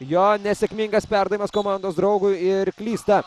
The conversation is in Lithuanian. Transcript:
jo nesėkmingas perdavimas komandos draugui ir klysta